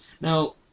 Now